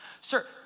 Sir